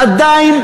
זה עדיין,